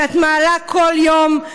שאת מעלה כל יום,